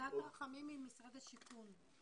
אסנת רחמים ממשרד השיכון.